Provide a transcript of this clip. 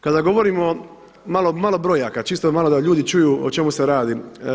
Kada govorimo, malo brojaka, čisto malo da ljudi čuju o čemu se radi.